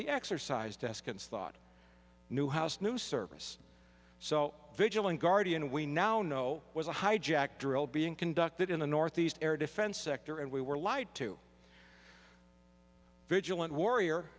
the exercise deskins thought newhouse new service so vigilant guardian we now know was a hijack drill being conducted in the northeast air defense sector and we were lied to vigilant warrior